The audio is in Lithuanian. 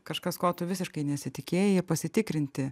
kažkas ko tu visiškai nesitikėjai pasitikrinti